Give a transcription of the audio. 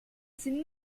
sie